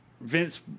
Vince